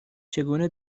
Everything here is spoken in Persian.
چگونه